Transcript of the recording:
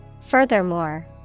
Furthermore